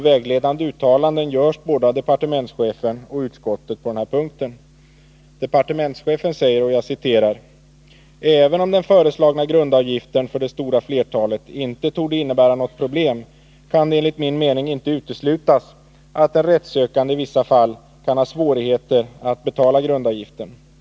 Vägledande uttalanden görs både av departementschefen och av utskottet på denna punkt. Departementschefen säger: ”Även om den föreslagna grundavgiften för det stora flertalet inte torde innebära något problem kan det enligt min mening inte uteslutas att en rättssökande i vissa fall kan ha svårigheter att betala grundavgiften.